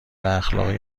اخلاقی